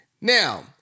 now